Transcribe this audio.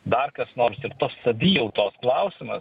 dar kas nors ir tos savijautos klausimas